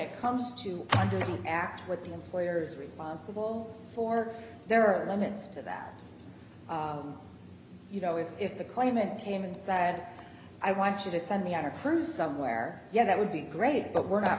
it comes to the act what the employer is responsible for there are limits to that you know if if the claimant came and said i want you to send me on a cruise somewhere yeah that would be great but we're not